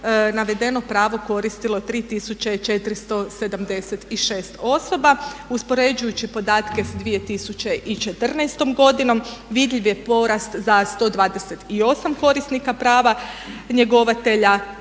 navedeno pravo koristilo 3476 osoba. Uspoređujući podatke s 2014. godinom vidljiv je porast za 128 korisnika prava njegovatelja